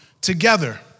together